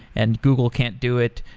and google can't do it,